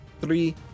Three